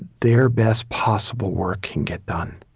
their best possible work can get done